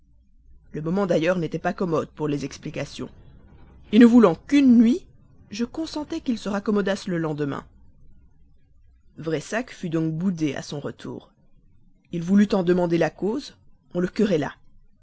le moment d'ailleurs n'était pas commode pour les explications ne voulant qu'une nuit je consentais qu'ils se raccommodassent le lendemain pressac fut donc boudé à son retour il voulut en demander la cause on le querella